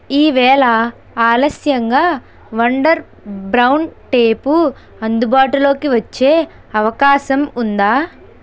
ఈవేళ ఆలస్యంగా wonder brown tape అందుబాటులోకి వచ్చే అవకాశం ఉందా